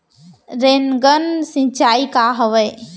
Rain gun सिंचाई का हवय?